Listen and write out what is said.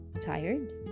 tired